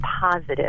positive